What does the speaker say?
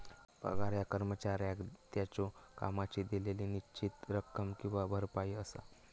पगार ह्या कर्मचाऱ्याक त्याच्यो कामाची दिलेली निश्चित रक्कम किंवा भरपाई असा